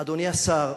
אדוני השר,